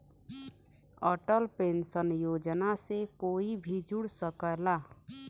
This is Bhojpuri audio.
अटल पेंशन योजना से कोई भी जुड़ सकला